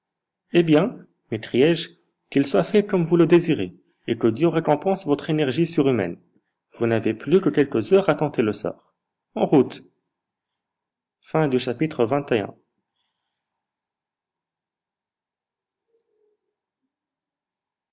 eh bien m'écriai-je qu'il soit fait comme vous le désirez et que dieu récompense votre énergie surhumaine vous n'avez plus que quelques heures à tenter le sort en route